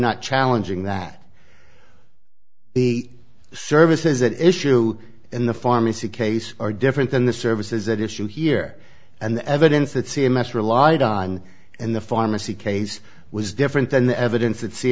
not challenging that the services that issue in the pharmacy case are different than the service is that issue here and the evidence that c m s relied on and the pharmacy case was different than the evidence that c